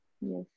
Yes